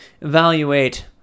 evaluate